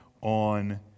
on